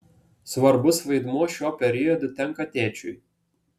svarbus vaidmuo šiuo periodu tenka tėčiui